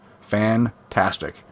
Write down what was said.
Fantastic